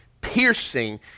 Piercing